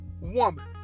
woman